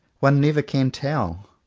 one never can tell!